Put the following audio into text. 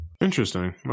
Interesting